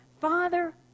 Father